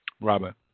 Robert